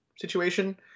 situation